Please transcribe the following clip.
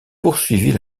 poursuivit